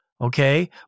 okay